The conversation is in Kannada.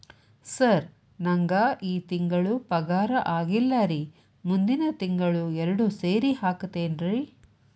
ಸರ್ ನಂಗ ಈ ತಿಂಗಳು ಪಗಾರ ಆಗಿಲ್ಲಾರಿ ಮುಂದಿನ ತಿಂಗಳು ಎರಡು ಸೇರಿ ಹಾಕತೇನ್ರಿ